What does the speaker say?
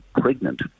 pregnant